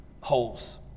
holes